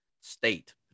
State